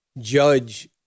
judge